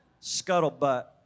Scuttlebutt